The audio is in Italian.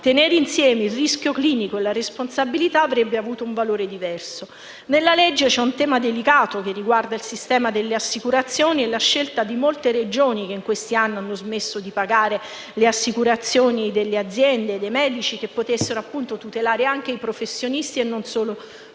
Tenere insieme il rischio clinico e la responsabilità avrebbe avuto un valore diverso. Nel provvedimento c'è un tema delicato, che riguarda il sistema delle assicurazioni e la scelta di molte Regioni, in questi anni, di smettere di pagare le assicurazioni delle aziende e dei medici che avrebbero potuto tutelare anche i professionisti e non solo le